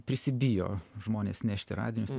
prisibijo žmonės nešti radinius